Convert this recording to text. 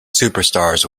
superstars